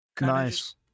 nice